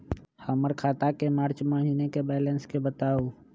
हमर खाता के मार्च महीने के बैलेंस के बताऊ?